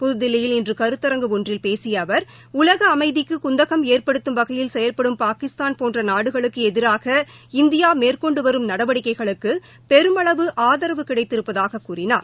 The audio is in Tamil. புதுதில்லியில் இன்று கருத்தரங்கு ஒன்றில் பேசிய அவர் உலக அமைதிக்கு குந்தகம் ஏற்படுத்தும் வகையில் செயல்படும் பாகிஸ்தான் போன்ற நாடுகளுக்கு எதிராக இந்திய மேற்கொண்டு வரும் நடவடிக்கைகளுக்கு பெருமளவு ஆதரவு கிடைத்திருப்பதாகக் கூறினார்